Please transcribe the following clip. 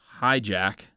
hijack